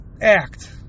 Act